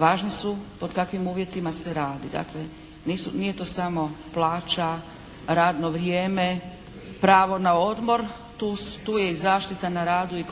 Važni su pod kakvim uvjetima se radi. Dakle nije to samo plaća, radno vrijeme, pravo na odmor, tu je i zaštita na radu i